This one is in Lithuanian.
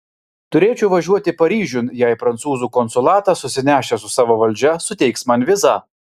turėčiau važiuoti paryžiun jei prancūzų konsulatas susinešęs su savo valdžia suteiks man vizą